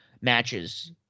matches